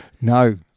No